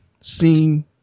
seen